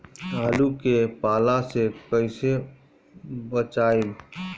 आलु के पाला से कईसे बचाईब?